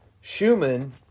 schumann